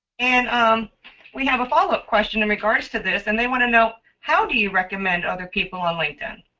and um we have a follow-up question in regards to this, and they want to know how do you recommend other people on linkedin?